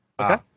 Okay